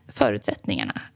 förutsättningarna